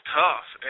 tough